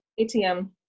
ATM